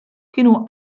kienu